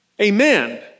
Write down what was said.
Amen